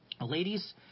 ladies